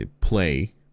play